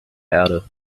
erde